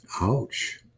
ouch